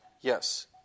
Yes